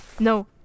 No